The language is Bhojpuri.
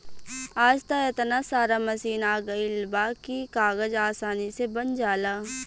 आज त एतना सारा मशीन आ गइल बा की कागज आसानी से बन जाला